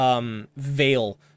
veil